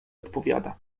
odpowiada